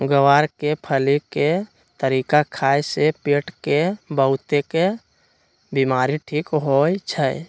ग्वार के फली के तरकारी खाए से पेट के बहुतेक बीमारी ठीक होई छई